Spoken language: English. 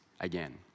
again